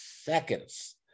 seconds